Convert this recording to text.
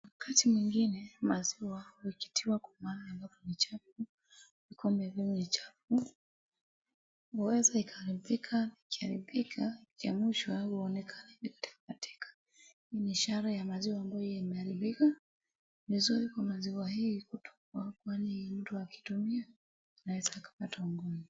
Wakati mwingine maziwa ikitiwa kwa maji ambayo ni chafu, vikombe vyenye ni chafu, huweza ikaharibika. Ikiharibika, ikia mwisho wake huonekana imetamatika. Hii ni ishara ya maziwa ambayo yameharibika. Ni vizuri kwa maziwa hii kutopuwa kwani mtu akitumia, anaweza akapata ugonjwa.